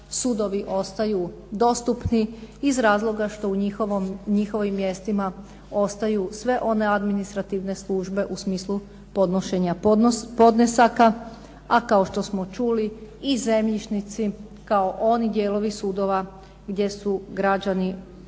sudovi ostaju dostupni iz razloga što u njihovim mjestima ostaju sve one administrativne službe u smislu podnošenja podnesaka, a kao što smo i čuli i zemljišnici kao oni dijelovi sudova gdje su građani